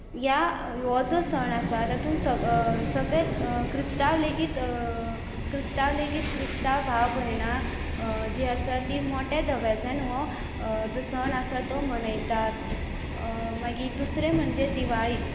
ह्या हो जो सण आसा तातूंत सगळे क्रिस्तांव लेगीत क्रिस्तांव लेगीत क्रिस्तांव भाव भयणां जे आसात तीं मोठ्या दबाज्यान हो जो सण आसा तो मनयतात मागीर दुसरें म्हणजें दिवाळी